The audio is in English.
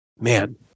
Man